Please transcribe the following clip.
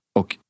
och